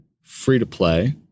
free-to-play